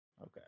Okay